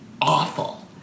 awful